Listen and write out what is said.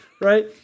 Right